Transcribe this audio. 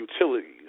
utilities